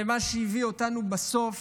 מה שהביא אותנו בסוף